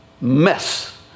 mess